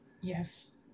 Yes